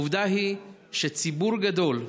עובדה היא שציבור גדול,